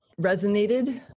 resonated